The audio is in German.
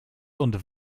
und